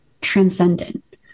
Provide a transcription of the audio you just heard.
transcendent